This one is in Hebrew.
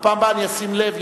בפעם הבאה אני אשים לב,